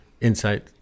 insight